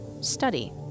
study